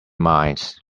minds